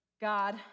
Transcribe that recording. God